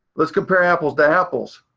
let's compare apples to apples.